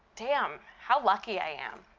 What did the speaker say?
damn, how lucky i am.